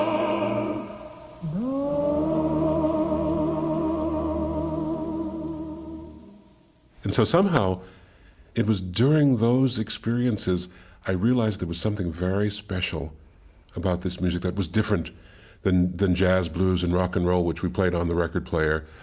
um and so somehow it was during those experiences i realized there was something very special about this music that was different than than jazz, blues, and rock and roll that we played on the record player,